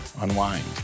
unwind